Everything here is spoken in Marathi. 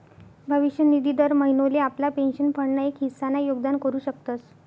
भविष्य निधी दर महिनोले आपला पेंशन फंड ना एक हिस्सा ना योगदान करू शकतस